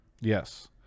Yes